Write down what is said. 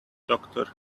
doctor